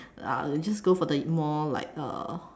I'll just go for the more like uh